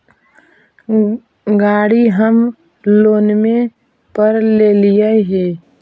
गाड़ी हम लोनवे पर लेलिऐ हे?